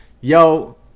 Yo